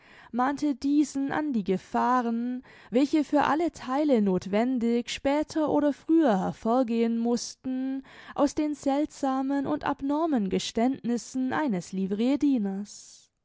mahnte diesen an die gefahren welche für alle theile nothwendig später oder früher hervorgehen mußten aus den seltsamen und abnormen geständnissen eines